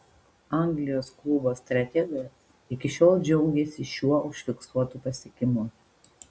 anglijos klubo strategas iki šiol džiaugiasi šiuo užfiksuotu pasiekimu